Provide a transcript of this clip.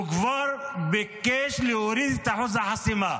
הוא כבר ביקש להוריד את אחוז החסימה,